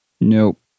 Nope